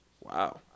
Wow